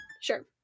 Sure